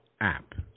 app